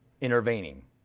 intervening